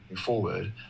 forward